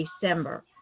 December